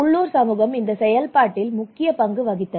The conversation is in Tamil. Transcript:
உள்ளூர் சமூகம் இந்த செயல்பாட்டில் முக்கிய பங்கு வகித்தனர்